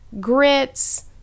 grits